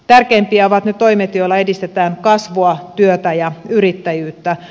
tärkeimpiä ovat ne toimet joilla edistetään kasvua työtä ja yrittäjyyttä